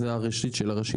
זה הראשית של הראשית.